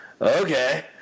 Okay